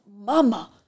mama